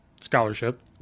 scholarship